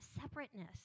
separateness